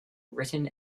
written